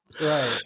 Right